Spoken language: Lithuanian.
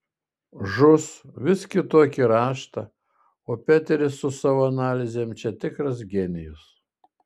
žus vis kitokį raštą o peteris su savo analizėm čia tikras genijus